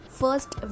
first